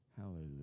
Hallelujah